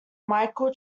michael